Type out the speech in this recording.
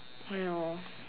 !haiyo!